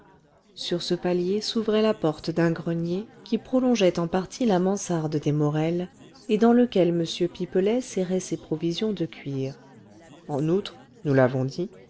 sur ce palier s'ouvrait la porte d'un grenier qui prolongeait en partie la mansarde des morel et dans lequel m pipelet serrait ses provisions de cuir en outre